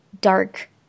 dark